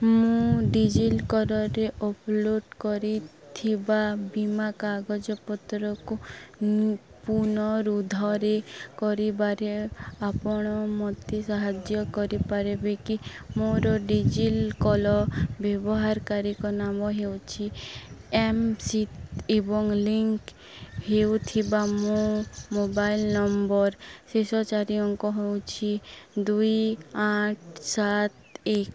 ମୁଁ ଡି ଜି ଲକର୍ରେ ଅପଲୋଡ଼୍ କରିଥିବା ବୀମା କାଗଜପତ୍ରକୁ ପୁନରୁଦ୍ଧରେ କରିବାରେ ଆପଣ ମୋତେ ସାହାଯ୍ୟ କରିପାରିବେ କି ମୋର ଡି ଜି ଲକର୍ ବ୍ୟବହାରକାରୀଙ୍କ ନାମ ହେଉଛି ଏମ୍ ସିଥ୍ ଏବଂ ଲିଙ୍କ୍ ହେଉଥିବା ମୋ ମୋବାଇଲ୍ ନମ୍ବର୍ ଶେଷ ଚାରି ଅଙ୍କ ହେଉଛି ଦୁଇ ଆଠ ସାତ ଏକ